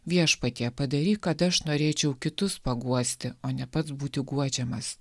viešpatie padaryk kad aš norėčiau kitus paguosti o ne pats būti guodžiamas